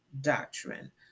doctrine